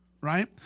right